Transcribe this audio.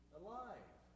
alive